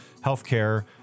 healthcare